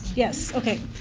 yes. okay,